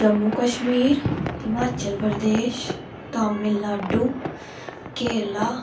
Jammu Kashmir Himachal Pradesh Tamil Nadu Kerala